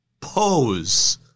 pose